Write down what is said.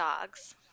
dogs